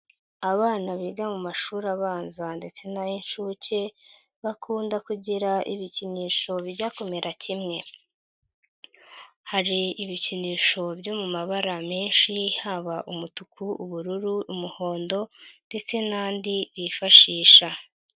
Abana biga mu mashuri abanza ndetse n'ay'inshuke, bakunda ibikinisho bijya kumera kimwe, hari ibikinisho biri mu mabara menshi haba umutuku, ubururu, umuhondo ndetse n'andi bifashisha.